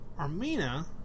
Armina